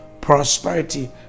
prosperity